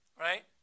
Right